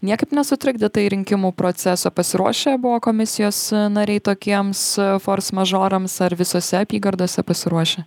niekaip nesutrikdė tai rinkimų proceso pasiruošę buvo komisijos nariai tokiems fors mažorams ar visose apygardose pasiruošę